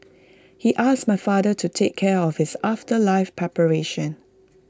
he asked my father to take care of his afterlife preparations